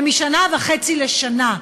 ומשנה וחצי לשנה.